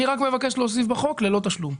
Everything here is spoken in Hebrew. אני מבקש רק להוסיף בחוק: ללא תשלום.